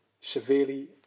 severely